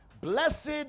Blessed